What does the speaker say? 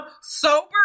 sober